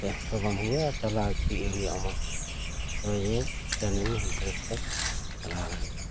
ᱠᱟᱛᱮ ᱦᱚᱸ ᱛᱚ ᱵᱟᱝ ᱦᱩᱭᱩᱜᱼᱟ ᱪᱟᱞᱟᱣ ᱪᱮᱫ ᱦᱩᱭᱩᱜᱼᱟ ᱢᱚᱡᱽ ᱛᱮ ᱛᱚᱵᱮ ᱡᱮ ᱴᱟᱨᱱᱤᱝ ᱦᱟᱱᱛᱮ ᱱᱟᱛᱮ ᱪᱮᱞᱟᱣ ᱫᱟᱲᱮᱭᱟᱜᱼᱟ